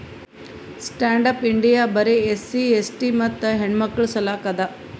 stand up India ಬರೆ SC ST ಮತ್ತ ಹೆಣ್ಣಮಕ್ಕುಳ ಸಲಕ್ ಅದ